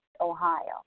Ohio